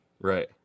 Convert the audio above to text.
Right